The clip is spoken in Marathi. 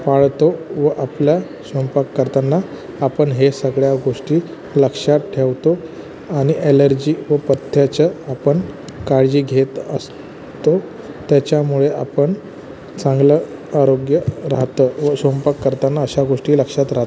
पाळतो व आपला स्वयंपाक करताना आपण हे सगळ्या गोष्टी लक्षात ठेवतो आणि ॲलर्जी व पथ्याचं आपण काळजी घेत असतो त्याच्यामुळे आपण चांगलं आरोग्य राहतं व स्वयंपाक करताना अशा गोष्टी लक्षात राहत